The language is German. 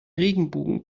regenbogen